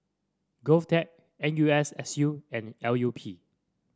Govtech N U S S U and L U P